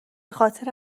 خاطر